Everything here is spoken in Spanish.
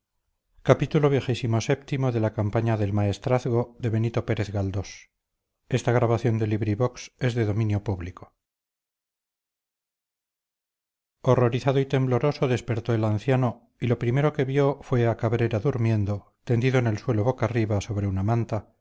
horrorizado y tembloroso despertó el anciano y lo primero que vio fue a cabrera durmiendo tendido en el suelo boca arriba sobre una manta